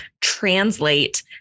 translate